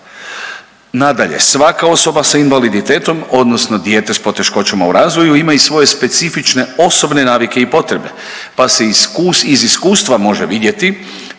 Nadalje, svaka osoba sa invaliditetom odnosno dijete s poteškoćama u razvoju ima i svoje specifične osobne navike i potrebe pa se iz iskustva može vidjeti